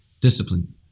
discipline